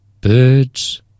birds